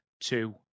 two